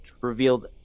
revealed